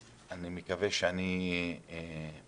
ואני מקווה שאני מעודכן